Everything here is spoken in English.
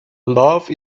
love